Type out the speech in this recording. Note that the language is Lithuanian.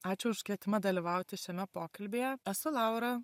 ačiū už kvietimą dalyvauti šiame pokalbyje esu laura